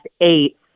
eight